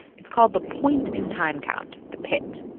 it's called the point-in-time count, the pit.